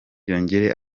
yongere